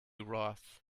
wrath